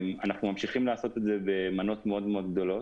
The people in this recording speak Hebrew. אנחנו ממשיכים לעשות את זה במנות מאוד גדולות,